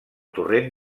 torrent